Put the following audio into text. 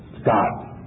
Scott